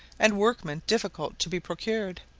and workmen difficult to be procured.